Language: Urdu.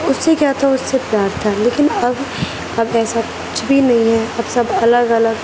اس سے کیا تھا اس سے پیار تھا لیکن اب اب ایسا کچھ بھی نہیں ہے اب سب الگ الگ